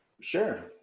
sure